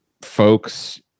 folks